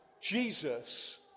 Jesus